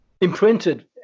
imprinted